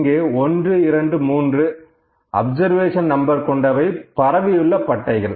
இங்கு உள்ள 123 observation number கொண்டவை பரவியுள்ள பட்டைகள்